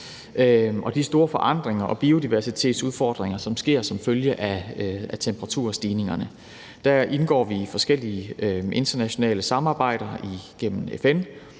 og de store forandringer og biodiversitetsudfordringer, der er, som følge af temperaturstigningerne. Der indgår vi i forskellige internationale samarbejder igennem FN